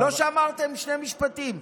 שני משפטים.